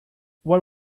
what